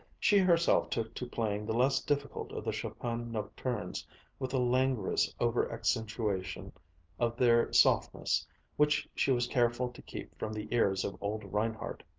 she herself took to playing the less difficult of the chopin nocturnes with a languorous over-accentuation of their softness which she was careful to keep from the ears of old reinhardt.